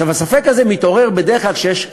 הספק הזה מתעורר בדרך כלל כשיש קשיים.